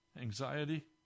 Anxiety